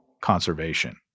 conservation